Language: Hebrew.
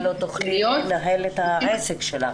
--- ובחופשת לידה לא תוכלי לנהל את העסק שלך.